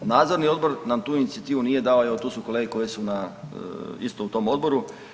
Nadzorni odbor nam tu inicijativu nije dao, evo tu su kolege koje su isto u tom odboru.